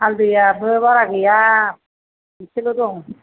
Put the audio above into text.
हालदैआबो बारा गैया एसेल' दं